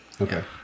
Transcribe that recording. Okay